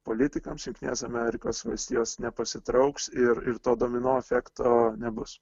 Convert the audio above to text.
politikams jungtinės amerikos valstijos nepasitrauks ir ir to domino efekto nebus